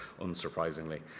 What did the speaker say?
unsurprisingly